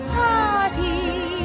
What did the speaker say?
party